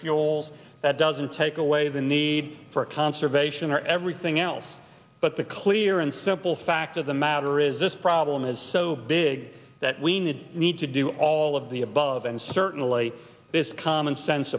fuels that doesn't take away the need for conservation or everything else but the clear and simple fact of the matter is this problem is so big that we need need to do all of the above and certainly this commonsense